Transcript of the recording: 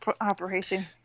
operation